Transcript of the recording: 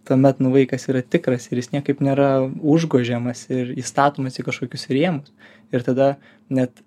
tuomet nu vaikas yra tikras ir jis niekaip nėra užgožiamas ir įstatomas į kažkokius rėmus ir tada net